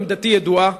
עמדתי ידועה,